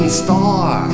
star